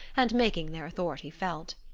and making their authority felt.